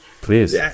Please